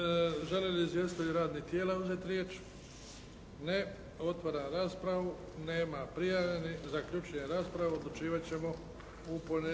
Žele li izvjestitelji radnih tijela uzeti riječ? Ne. Otvaram raspravu. Nema prijavljenih. Zaključujem raspravu. Odlučivat ćemo u